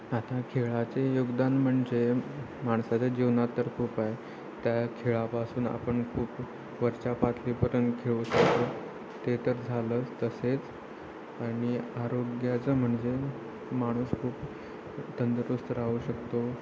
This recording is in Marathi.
आता खेळाचे योगदान म्हणजे माणसाच्या जीवनात तर खूप आहे त्या खेळापासून आपण खूप वरच्या पातळीपर्यंत खेळू शकतो ते तर झालंच तसेच आणि आरोग्याचं म्हणजे माणूस खूप तंदुरुस्त राहू शकतो